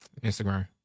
Instagram